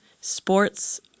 Sports